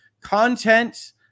content